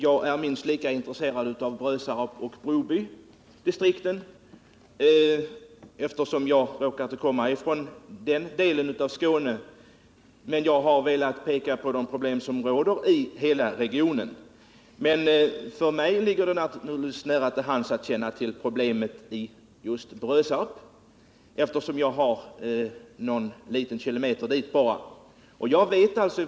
Jag är minst lika intresserad av Brösarpdistriktetoch Brobydistriktet, vilket ligger i närheten av Brösarp, eftersom jag råkar komma från den delen av Skåne. Men jag har velat peka på de problem som råder i hela regionen. För mig ligger det naturligtvis nära till hands att känna till problemen just i Brösarp, eftersom det bara är någon kilometer dit från min bostad.